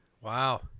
Wow